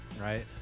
Right